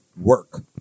work